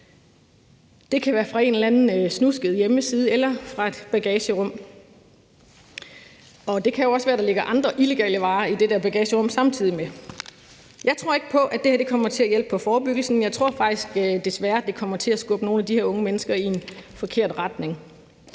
Det kan være fra en eller anden snusket hjemmeside eller fra et bagagerum, og det kan jo også være, der ligger andre illegale varer i det der bagagerum samtidig med. Jeg tror ikke på, at det her kommer til at hjælpe på forebyggelsen. Jeg tror faktisk desværre, det kommer til at skubbe nogle af de her unge mennesker i en forkert retning.